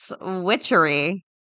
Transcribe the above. witchery